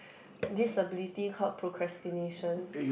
this ability called procrastination